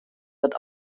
wird